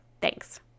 Thanks